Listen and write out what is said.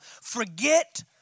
forget